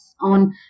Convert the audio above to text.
on